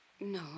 No